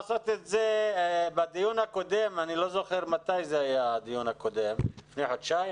בדיון הקודם לפני כחודשיים